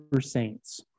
saints